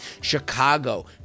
Chicago